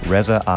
Reza